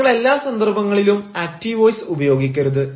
നിങ്ങൾ എല്ലാ സന്ദർഭങ്ങളിലും ആക്റ്റീവ് വോയിസ് ഉപയോഗിക്കരുത്